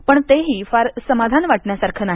पण तेही फार समाधान वाटण्यासारखं नाही